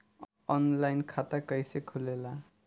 Online खाता कइसे खुलेला?